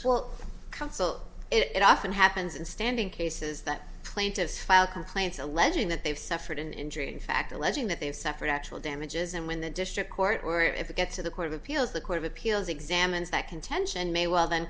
counsel it often happens in standing cases that plaintiffs filed complaints alleging that they've suffered an injury fact alleging that they've suffered actual damages and when the district court or if it gets to the court of appeals the court of appeals examines that contention may well then